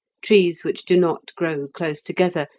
trees which do not grow close together,